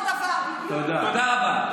תודה רבה.